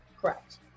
correct